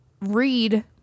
read